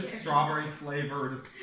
strawberry-flavored